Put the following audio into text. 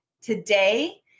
today